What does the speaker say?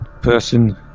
person